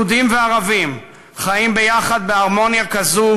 יהודים וערבים חיים יחד בהרמוניה כזאת